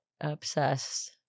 obsessed